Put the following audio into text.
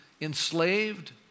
enslaved